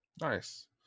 nice